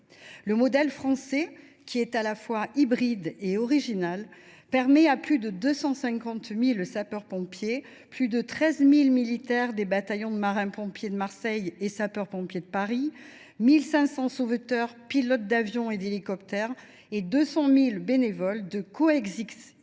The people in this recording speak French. le modèle français, à la fois hybride et original, permet à plus de 250 000 sapeurs pompiers, à plus de 13 000 militaires des bataillons de marins pompiers de Marseille et sapeurs pompiers de Paris, aux 1 500 sauveteurs, pilotes d’avion et d’hélicoptère et aux 200 000 bénévoles de concourir